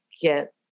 get